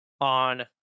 on